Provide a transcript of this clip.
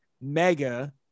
mega